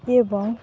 ଏବଂ